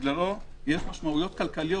בגללו יש משמעויות כלכליות.